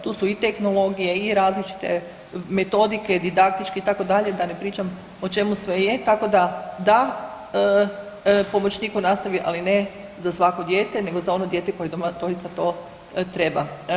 Tu su i tehnologije i različite metodike, didaktičke itd., da ne pričam o čemu sve je, tako da da pomoćnik u nastavi ali ne za svako dijete nego za ono dijete koje doista to treba.